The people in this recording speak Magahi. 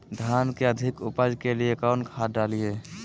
धान के अधिक उपज के लिए कौन खाद डालिय?